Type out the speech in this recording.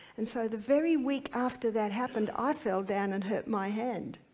and so the very week after that happened, i fell down and hurt my hand,